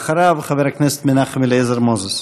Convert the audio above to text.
אחריו, חבר הכנסת מנחם אליעזר מוזס.